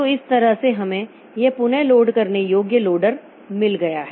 तो इस तरह से हमें यह पुनः लोड करने योग्य लोडर मिल गया है